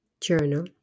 journal